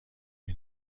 این